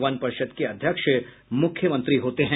वन्य पर्षद के अध्यक्ष मुख्यमंत्री होते हैं